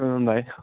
खुलुमबाय